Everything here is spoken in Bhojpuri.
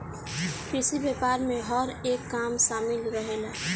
कृषि व्यापार में हर एक काम शामिल रहेला